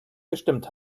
gestimmt